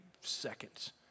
seconds